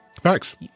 Thanks